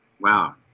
Wow